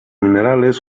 minerales